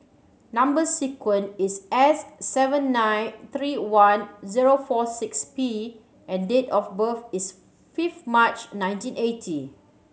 number sequence is S seven nine three one zero four six P and date of birth is fifth March nineteen eighty